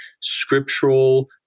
scriptural